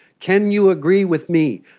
can you agree with me,